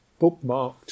bookmarked